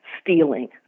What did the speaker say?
stealing